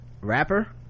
rapper